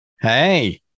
Hey